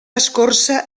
escorça